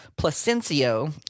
Placencio